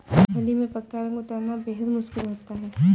होली में पक्का रंग उतरना बेहद मुश्किल होता है